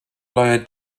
lawyer